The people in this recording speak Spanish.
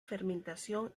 fermentación